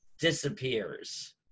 disappears